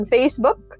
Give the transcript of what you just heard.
Facebook